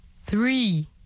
three